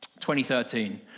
2013